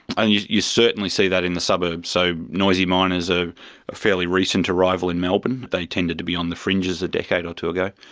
and you you certainly see that in the suburbs. so noisy miners are a fairly recent arrival in melbourne, they tended to be on the fringes a decade or two ago,